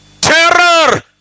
terror